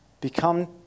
become